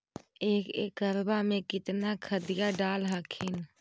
एक एकड़बा मे कितना खदिया डाल हखिन?